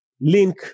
link